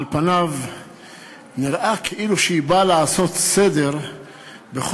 על פניו נראה כאילו היא באה לעשות סדר בכל